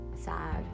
Sad